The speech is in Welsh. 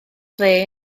dde